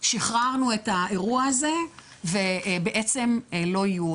שחררנו את האירוע הזה ובעצם לא יהיו